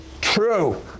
true